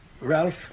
Ralph